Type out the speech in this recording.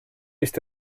ist